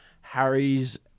Harry's